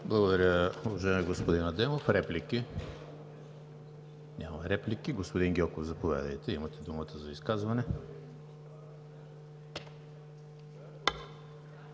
Благодаря, уважаеми господин Адемов. Реплики? Няма. Господин Гьоков, заповядайте. Имате думата за изказване.